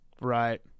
Right